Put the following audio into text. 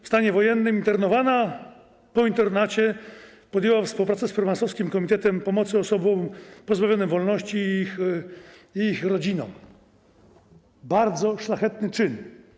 W stanie wojennym była internowana, po internacie podjęła współpracę z Prymasowskim Komitetem Pomocy Osobom Pozbawionym Wolności i ich Rodzinom - bardzo szlachetny czyn.